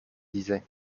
disait